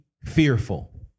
fearful